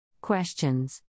Questions